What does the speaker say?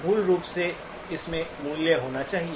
मूल रूप से इसमें मूल्य होना चाहिए